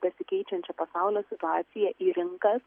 besikeičiančią pasaulio situaciją į rinkas